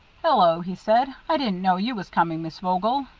hello, he said i didn't know you was coming, miss vogel.